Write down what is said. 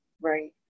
Right